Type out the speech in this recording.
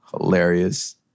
Hilarious